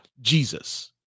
Jesus